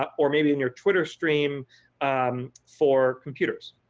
ah or maybe on your twitter stream for computers,